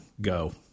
go